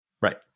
Right